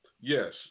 yes